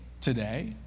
today